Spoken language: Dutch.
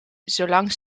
zolang